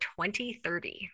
2030